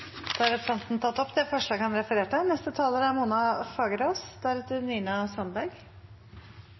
tatt opp det forslaget han refererte til. Vi i SV er